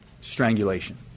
strangulation